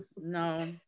no